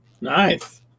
Nice